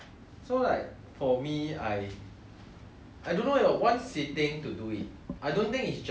I don't know you one sitting thing to do it I don't think it's just about like whether I like the book or not